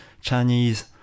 Chinese